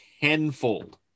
tenfold